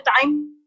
time